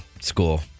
school